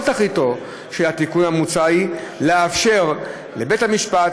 כל תכליתו של התיקון המוצע היא לאפשר לבית-המשפט